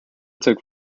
took